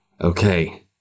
okay